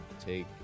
take